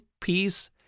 peace